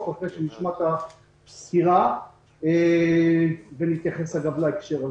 אחרי שנשמע את הסקירה ונתייחס להקשר הזה.